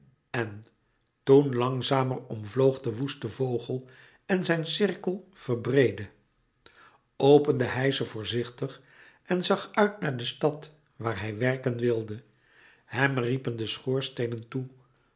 en toen langzamer omvloog de woeste vogel en zijn cirkel verbreedde opende hij ze voorzichtig en zag uit naar de stad waar hij werken wilde hem riepen de schoorsteenen toe